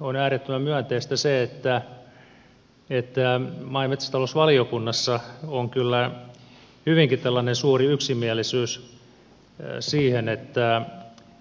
on äärettömän myönteistä se että maa ja metsätalousvaliokunnassa on kyllä tällainen hyvinkin suuri yksimielisyys siitä että